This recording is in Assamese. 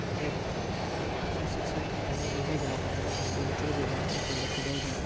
এক স্বেচ্ছাচাৰী শাসনৰ জৰিয়তে জনসাধাৰণক ভোট বেংক হিচাপে ব্যৱহাৰ কৰা পৰিলক্ষিত হৈছিল